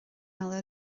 eile